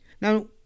Now